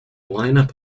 lineup